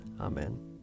Amen